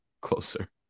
closer